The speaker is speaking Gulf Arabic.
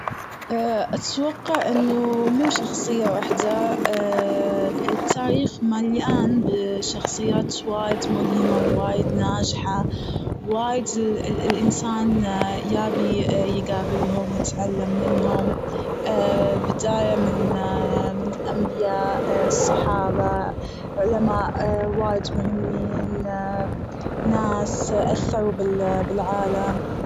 اتوقع انه مو شخصية واحدة التاريخ مليان بشخصيات ملهمة ووايد ناجحة وايد ال-ال-الإنسان يبي يقابلهم ويتعلم منهم بداية من من الأنبياء الصحابة علماء وايد مهمين ناس أثروا في العالم.